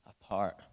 apart